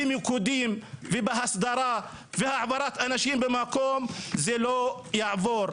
במיקודים והסדרה והעברת אנשים במקום, זה לא יעבור.